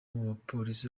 n’umupolisi